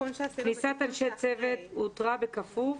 כניסת אנשי צוות הותרה בכפוף.